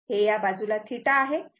हे या बाजूला θ आहे